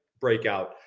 breakout